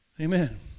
amen